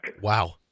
Wow